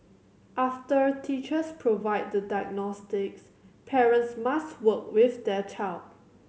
after teachers provide the diagnostics parents must work with their child